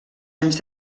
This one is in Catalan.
anys